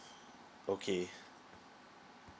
okay